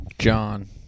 John